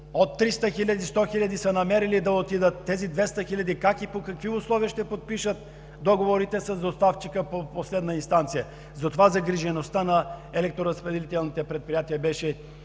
300 хиляди 100 хиляди са намерили да отидат, а тези 200 хиляди как и по какви условия ще подпишат договорите с доставчика на последна инстанция? Затова загрижеността на електроразпределителните предприятия беше